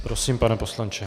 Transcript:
Prosím, pane poslanče.